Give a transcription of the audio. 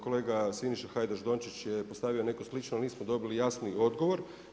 Kolega Siniša Hajdaš Dončić je postavio neko slično, ali nismo dobili jasni odgovor.